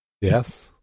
Yes